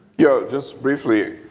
yeah just briefly,